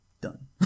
Done